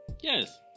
Yes